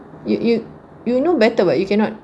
you you you know better [what] you cannot